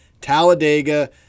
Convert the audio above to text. Talladega